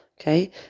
Okay